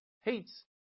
hates